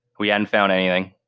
we hadn't found anything.